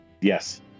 Yes